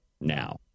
Now